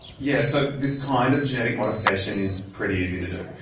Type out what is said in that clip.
yeah. so this kind of genetic modification is pretty easy to do.